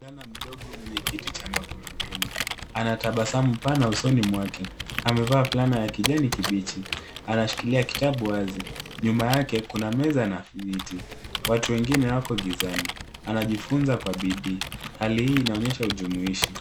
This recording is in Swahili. Kijana mdogo kwenye kiti cha magurudumu. Anatabasamu sana usoni mwake. Amevaa fulana ya kijani kibichi. Ameshikilia kitabu wazi. Nyuma yake kuna meza na viti. Watu wengine wako gizani. Anjifunza kwa bidii. Hali hii inaonyesha ujumuishi.